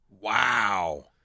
Wow